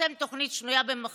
לפרסם תוכנית שנויה במחלוקת,